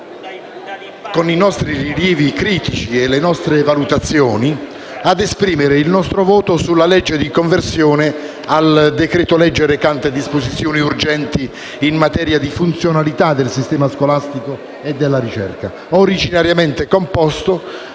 con i nostri rilievi critici e le nostre valutazioni, a esprimere il nostro voto sulla legge di conversione del decreto legge recante «Disposizioni urgenti in materia di funzionalità del sistema scolastico e della ricerca», originariamente composto